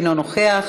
אינו נוכח,